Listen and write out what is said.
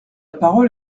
parole